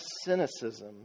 cynicism